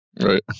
right